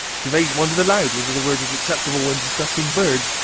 gervais wondered aloud whether the word was acceptable when discussing birds,